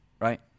right